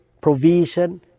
provision